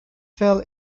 fell